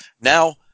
Now